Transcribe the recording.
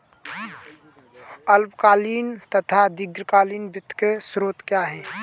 अल्पकालीन तथा दीर्घकालीन वित्त के स्रोत क्या हैं?